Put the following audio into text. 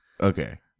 Okay